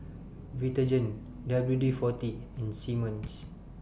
Vitagen W D forty and Simmons